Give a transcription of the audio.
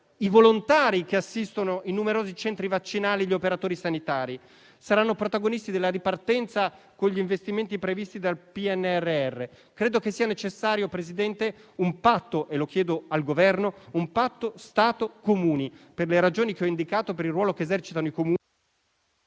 i volontari che assistono i numerosi centri vaccinali e gli operatori sanitari. Saranno protagonisti della ripartenza con gli investimenti previsti dal PNRR. È necessario un patto, lo chiedo al Governo: un patto tra Stato e Comuni per le ragioni che ho indicato, per il ruolo che esercitano i Comuni.